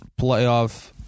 playoff